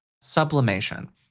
Sublimation